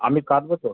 আমি কাঁদবো তো